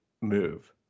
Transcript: move